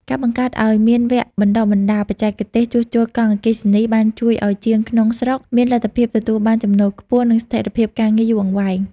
ការបង្កើតឱ្យមានវគ្គបណ្តុះបណ្តាលបច្ចេកទេសជួសជុលកង់អគ្គិសនី បានជួយឱ្យជាងក្នុងស្រុកមានលទ្ធភាពទទួលបានចំណូលខ្ពស់ និងស្ថិរភាពការងារយូរអង្វែង។